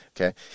Okay